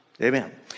Amen